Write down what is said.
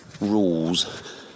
rules